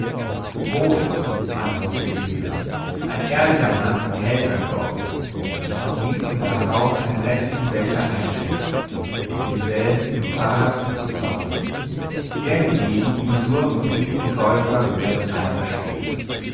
wohl antwortete jener ein ehrlicher mann hält sein wort und ließ ihm darauf einen mässigen becher einschenken denselben dem pfarrer zuzuzottlen er hingegen gieng durch und ließ den säufer mit seinem eimer stehen